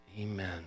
Amen